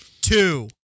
two